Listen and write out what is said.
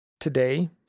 Today